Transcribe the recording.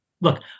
look